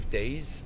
days